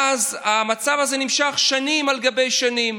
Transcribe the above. המצב הזה נמשך שנים על גבי שנים,